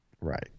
Right